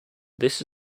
this